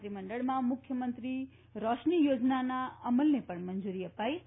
મંત્રી મંડળમાં મુખ્યમંત્રી રોશની યોજનાના અમલને પણ મંજૂરી અપાઇ હતી